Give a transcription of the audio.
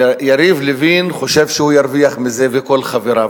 יריב לוין חושב שהוא ירוויח מזה, וכל חבריו.